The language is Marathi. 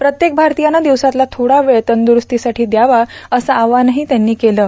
प्रत्येक भारतीयानं दिवसातला थोडा वेळ तंद्ररूस्तीसाठी द्यावा असं आवाहनही त्यांनी केलं आहे